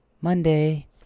Monday